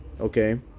Okay